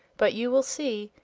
but you will see,